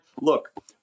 look